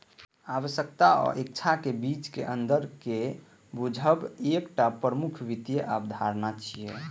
आवश्यकता आ इच्छाक बीचक अंतर कें बूझब एकटा प्रमुख वित्तीय अवधारणा छियै